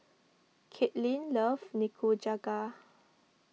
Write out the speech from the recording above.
Kathyrn loves Nikujaga